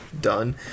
done